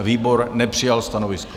Výbor nepřijal stanovisko.